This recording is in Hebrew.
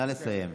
נא לסיים.